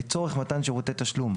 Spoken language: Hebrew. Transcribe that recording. לצורך מתן שירותי תשלום,